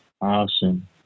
Awesome